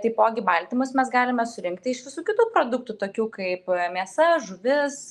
taipogi baltymus mes galime surinkti iš visų kitų produktų tokių kaip mėsa žuvis